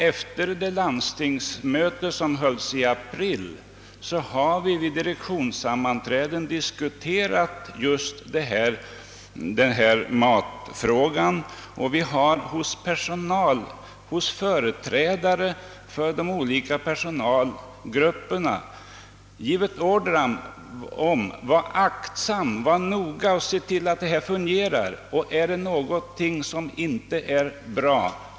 Efter det landstingsmöte som hölls i april har vi vid direktionens sammanträden diskuterat just denna matfråga. Vi har givit företrädare för de olika personalgrupperna order att noga se till att allt fungerar och genast anmäla om något inte är bra.